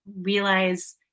realize